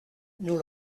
nous